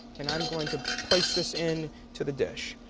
and i'm going to place this in to the dish.